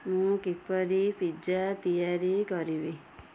ମୁଁ କିପରି ପିଜ୍ଜା ତିଆରି କରିବି